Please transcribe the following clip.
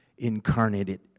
Incarnated